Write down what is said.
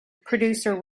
producer